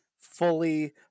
fully